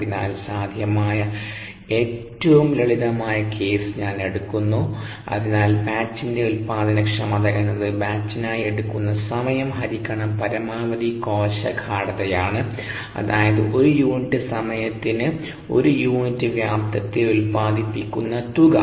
അതിനാൽ സാധ്യമായ ഏറ്റവും ലളിതമായ കേസ് ഞാൻ എടുക്കുന്നു അതിനാൽ ബാച്ചിന്റെ ഉൽപാദനക്ഷമത എന്നത് ബാച്ചിനായി എടുക്കുന്ന സമയം ഹരിക്കണം പരമാവധി കോശ ഗാഢതയാണ് അതായത് ഒരു യൂണിറ്റ് സമയത്തിന് ഒരു യൂണിറ്റ് വ്യാപ്തത്തിൽ ഉൽപാദിപ്പിക്കുന്ന തുക